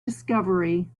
discovery